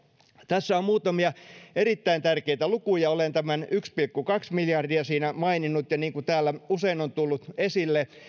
tässä on muutamia erittäin tärkeitä lukuja olen tämän yksi pilkku kaksi miljardia maininnut ja niin kuin täällä usein on tullut esille